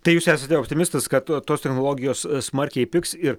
tai jūs esate optimistas kad tos technologijos smarkiai pigs ir